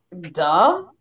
Duh